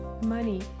money